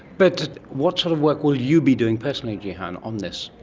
but what sort of work will you be doing personally, gihan, on this?